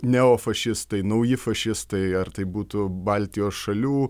neofašistai nauji fašistai ar tai būtų baltijos šalių